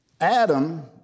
Adam